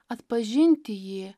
atpažinti jį